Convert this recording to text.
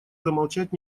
замолчать